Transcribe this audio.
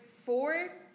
four